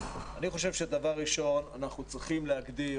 אני חושב שדבר ראשון אנחנו צריכים להגדיר